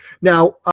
Now